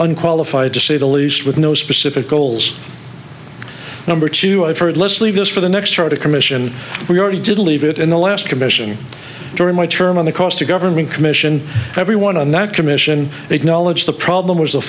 nqualified to say the least with no specific goals number two i've heard let's leave this for the next chart a commission we already did leave it in the last commission during my term on the cost of government commission everyone on that commission acknowledge the problem was